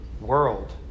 world